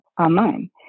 online